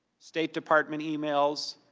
state department emails,